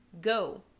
Go